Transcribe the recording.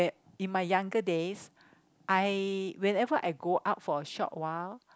in my younger days I whenever I go out for a short while